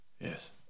Yes